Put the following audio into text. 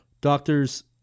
Doctors